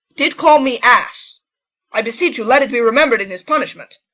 did call me ass i beseech you, let it be remembered in his punishment.